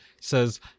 says